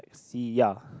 sea ya